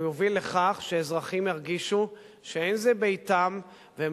הוא יוביל לכך שאזרחים ירגישו שזה אינו ביתם והם